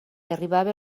arribava